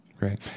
Great